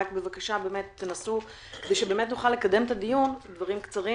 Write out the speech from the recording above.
כדי שנוכל לקדם את הדיון, תנסו לומר דברים קצרים.